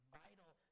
vital